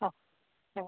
അ അ